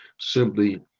simply